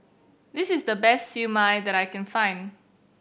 this is the best Siew Mai that I can find